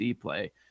play